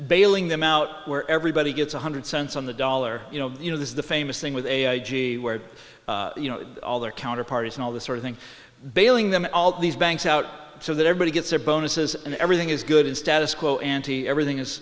bailing them out where everybody gets one hundred cents on the dollar you know this is the famous thing with a g where you know all the counter parties and all this sort of thing bailing them all these banks out so that everybody gets their bonuses and everything is good and status quo ante everything is